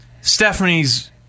Stephanie's